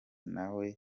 nawe